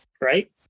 Right